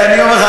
אני אומר לך,